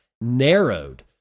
narrowed